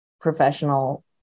professional